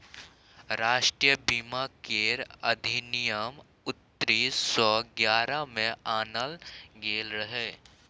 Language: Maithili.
राष्ट्रीय बीमा केर अधिनियम उन्नीस सौ ग्यारह में आनल गेल रहे